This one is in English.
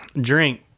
Drink